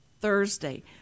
thursday